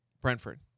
Brentford